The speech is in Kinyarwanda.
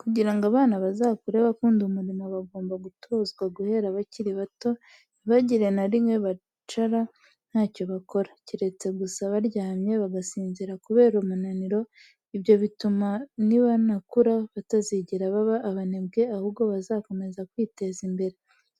Kugira ngo abana bazakure bakunda umurimo bagomba gutozwa guhera bakiri bato, ntibagire na rimwe bicara ntacyo bakora, keretse gusa baryamye, bagasinzira kubera umunaniro, ibyo bituma nibanakura batazigera baba abanebwe ahubwo bazakomeza kwiteza imbere,